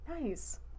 Nice